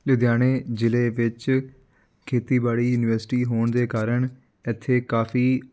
ਲੁਧਿਆਣੇ ਜ਼ਿਲ੍ਹੇ ਵਿੱਚ ਖੇਤੀਬਾੜੀ ਯੂਨੀਵਰਸਿਟੀ ਹੋਣ ਦੇ ਕਾਰਨ ਇੱਥੇ ਕਾਫੀ